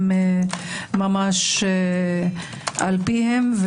ממה שקיים כיום,